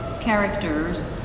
characters